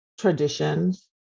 traditions